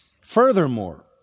Furthermore